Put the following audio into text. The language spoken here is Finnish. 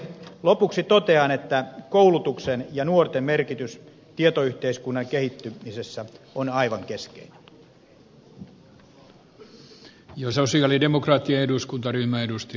lopuksi totean että koulutuksen ja nuorten merkitys tietoyhteiskunnan kehittymisessä on aivan keskeinen